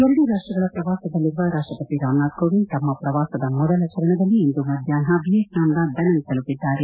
ಎರಡು ರಾಷ್ಟಗಳ ಪ್ರವಾಸದಲ್ಲಿರುವ ರಾಷ್ಟಪತಿ ರಾಮನಾಥ್ ಕೋವಿಂದ್ ತಮ್ಮ ಪ್ರವಾಸದ ಮೊದಲ ಚರಣದಲ್ಲಿ ಇಂದು ಮಧ್ವಾಷ್ನ ವಿಯೆಟ್ನಾಂನ ದನಂಗ್ ತಲುಪಿದ್ದಾರೆ